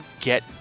get